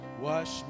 wash